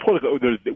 political